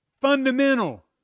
fundamental